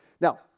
Now